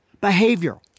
behavior